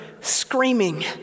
screaming